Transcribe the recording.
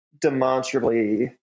demonstrably